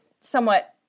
somewhat